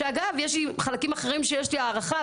שאגב יש לי חלקים אחרים שיש לי הערכה,